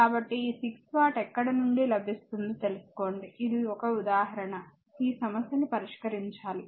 కాబట్టి ఈ 6 వాట్ ఎక్కడ నుండి లభిస్తుందో తెలుసుకోండి ఇది ఒక ఉదాహరణ ఈ సమస్యను పరిష్కరించాలి